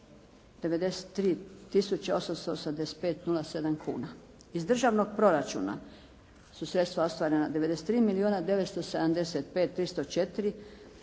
sedam kuna. Iz državnog proračuna su sredstva ostvarena 93 milijuna